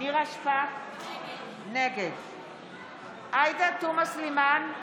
נירה שפק, נגד עאידה תומא סלימאן,